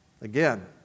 Again